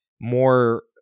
more